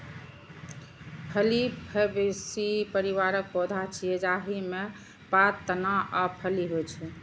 फली फैबेसी परिवारक पौधा छियै, जाहि मे पात, तना आ फली होइ छै